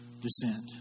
descent